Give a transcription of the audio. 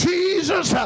Jesus